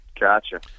Gotcha